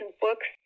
books